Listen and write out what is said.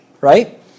right